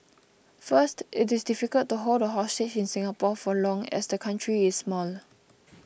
first it is difficult to hold a hostage in Singapore for long as the country is small